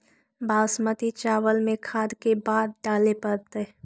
बासमती चावल में खाद के बार डाले पड़तै?